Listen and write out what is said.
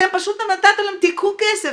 אתם פשוט נתתם להם: קחו כסף.